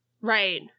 Right